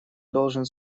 должен